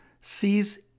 sees